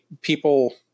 people